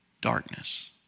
Darkness